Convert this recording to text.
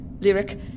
Lyric